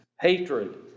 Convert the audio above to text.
hatred